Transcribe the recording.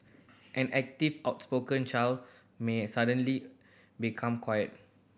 an active outspoken child may suddenly become quiet